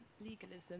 legalism